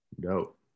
Dope